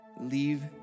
leave